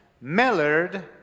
Millard